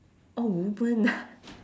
oh women ah